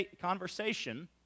conversation